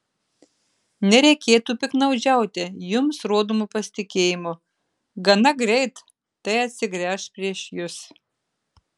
nereikėtų piktnaudžiauti jums rodomu pasitikėjimu gana greit tai atsigręš prieš jus